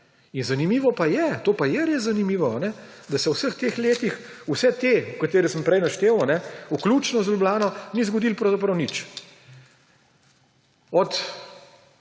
Zanimivo pa je, to pa je res zanimivo, da se v vseh teh letih z vsemi temi, ki sem jih prej naštel, vključno z Ljubljano, ni zgodilo pravzaprav nič. Od